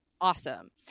awesome